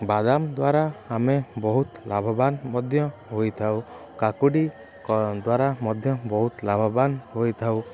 ବାଦାମ ଦ୍ୱାରା ଆମେ ବହୁତ ଲାଭବାନ ମଧ୍ୟ ହୋଇଥାଉ କାକୁଡ଼ି କ ଦ୍ୱାରା ମଧ୍ୟ ବହୁତ ଲାଭବାନ ହୋଇଥାଉ